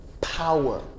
power